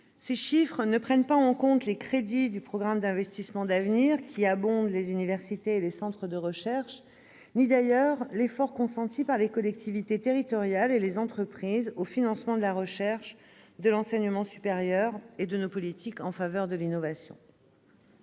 Ces montants ne prennent en compte ni les crédits du programme d'investissements d'avenir, ou PIA, qui abondent les universités et les centres de recherche, ni l'effort consenti par les collectivités territoriales et les entreprises au financement de la recherche, de l'enseignement supérieur et de nos politiques en faveur de l'innovation.